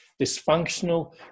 dysfunctional